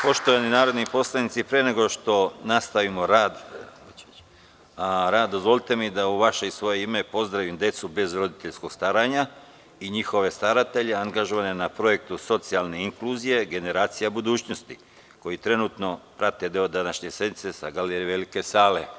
Poštovani narodni poslanici, pre nego što nastavimo rad, dozvolite mi da u vaše i svoje ime, pozdravim decu bez roditeljskog staranja i njihove staratelje angažovane na projektu socijalne inkluzije – generacije budućnosti, koji trenutno prate rad današnje sednice sa galerije velike sale.